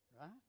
Right